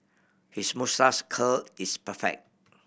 his moustache curl is perfect